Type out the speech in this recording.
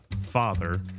father